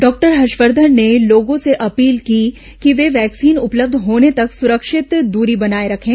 doctor Harshvardhan ने लोगों से अपील की कि वे वैक्सीन उपलब्ध होने तक सुरक्षित दूरी बनाए रखें